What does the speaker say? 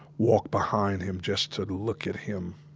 walked behind him just to look at him